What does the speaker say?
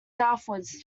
southwards